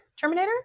Terminator